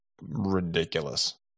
ridiculous